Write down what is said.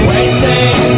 Waiting